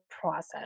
process